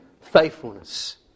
faithfulness